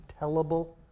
tellable